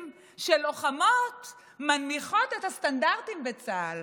שלוחמות מנמיכות את הסטנדרטים בצה"ל.